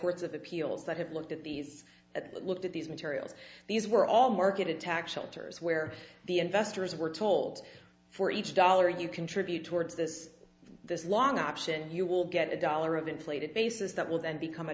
courts of appeals that have looked at these that looked at these materials these were all marketed tax shelters where the investors were told for each dollar you contribute towards this this long option you will get a dollar of inflated basis that will then become a